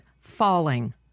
falling